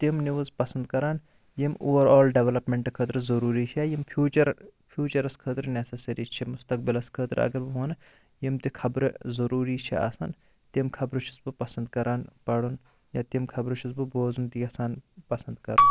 تِم نِوٕز پَسَنٛد کَران یِم اوٚوَآل ڈیٚولَپمنٹ خٲطرٕ ضروٗری چھِ یا یِم فیوٗچَر فیوٗچَرَس خٲطرٕ نیٚسَسری چھِ مُستَقبِلَس خٲطرٕ اگر بہٕ وَنہٕ یِم تہِ خَبرٕ ضروٗری چھِ آسان تِم خَبرٕ چھُس بہٕ پَسَنٛد کَران پَرُن یا تِم خَبرٕ چھُس بہٕ بوزُن تہِ یَژھان پَسَنٛد کَرُن